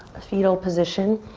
a fetal position.